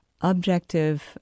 objective